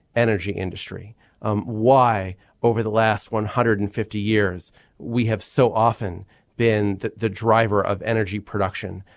energy industry um why over the last one hundred and fifty years we have so often been the the driver of energy production.